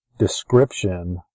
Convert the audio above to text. description